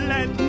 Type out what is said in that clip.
Let